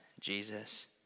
Jesus